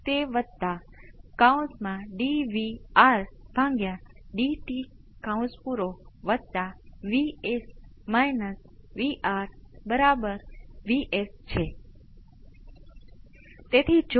તેથી હું કોસ ના પદ બહાર લઉં અને સાઇનના પદને બહાર લઈ જઈશ અને તમે ચોક્કસપણે સ્ટોપ મેળવી શકો છો આ તમને ફક્ત ફોર્સ રિસ્પોન્સ આપશે સામાન્ય સ્ટોપ પર નેચરલ રિસ્પોન્સ પણ મળશે